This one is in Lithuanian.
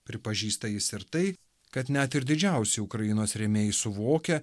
pripažįsta jis ir tai kad net ir didžiausi ukrainos rėmėjai suvokia